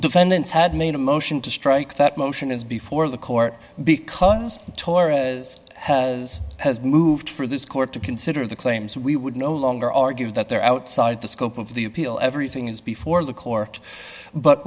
defendant had made a motion to strike that motion is before the court because torres has has moved for this court to consider the claims we would no longer argue that they're outside the scope of the appeal everything is before the court but